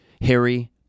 Harry